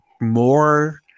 more